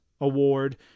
award